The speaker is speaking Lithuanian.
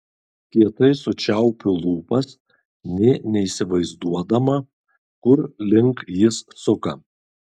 kietai sučiaupiu lūpas nė neįsivaizduodama kur link jis suka